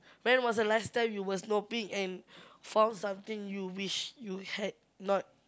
when was the last time you were snooping and found something you wish you had not